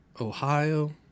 Ohio